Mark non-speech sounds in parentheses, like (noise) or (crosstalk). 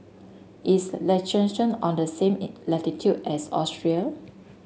is Liechtenstein on the same (unintelligible) latitude as Austria